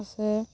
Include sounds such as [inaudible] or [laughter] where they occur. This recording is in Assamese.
[unintelligible]